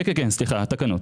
כן, כן, כן, סליחה, התקנות.